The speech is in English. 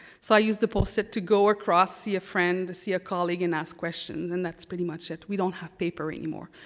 so i use the post-it to go across, see a friend, see a colleague and ask questions and that's pretty much it. we don't have paper anymore.